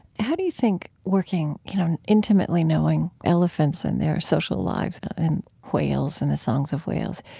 how do you think working you know and intimately knowing elephants and their social lives and whales and the songs of whales,